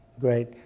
great